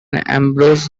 ambrose